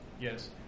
Yes